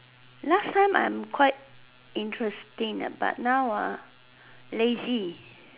last time I'm quite interesting but now lazy